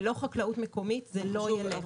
ללא חקלאות מקומית זה לא ילך.